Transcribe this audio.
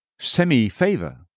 Semi-favor